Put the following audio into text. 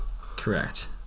Correct